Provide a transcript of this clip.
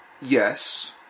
yes